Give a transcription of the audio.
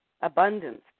abundance